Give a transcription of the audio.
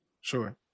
Sure